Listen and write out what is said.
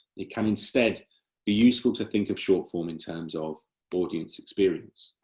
it can instead be useful to think of short form in terms of audience experience.